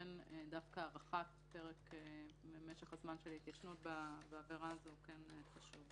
לכן דווקא הארכת משך זמן ההתיישנות בעבירה הזאת הוא חשוב.